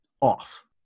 off